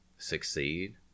succeed